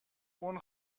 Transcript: اون